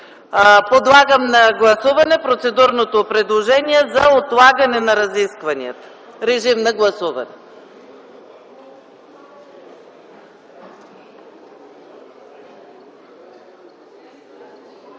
Подлагам на гласуване процедурното предложение за отлагане на разискванията. Гласували